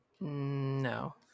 No